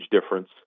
difference